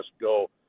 go